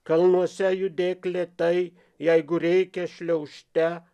kalnuose judėk lėtai jeigu reikia šliaužte